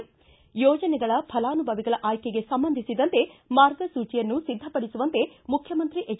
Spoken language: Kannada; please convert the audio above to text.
ಯೋಜನೆಗಳ ಫಲಾನುಭವಿಗಳ ಆಯ್ಕೆಗೆ ಸಂಬಂಧಿಸಿದಂತೆ ಮಾರ್ಗಸೂಚಿಯನ್ನು ಸಿದ್ದಪಡಿಸುವಂತೆ ಮುಖ್ಯಮಂತ್ರಿ ಎಚ್